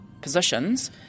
positions